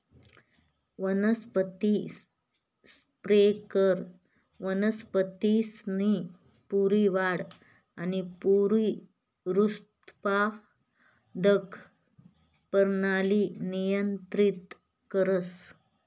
वनस्पती संप्रेरक वनस्पतीसनी पूरी वाढ आणि पुनरुत्पादक परणाली नियंत्रित करस